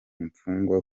imfungwa